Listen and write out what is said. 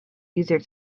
user